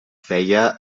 feia